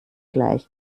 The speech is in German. gleich